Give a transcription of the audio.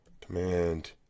Command